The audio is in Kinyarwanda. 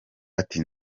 ati